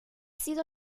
sido